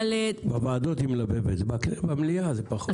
בוועדות היא מלבבת, במליאה פחות.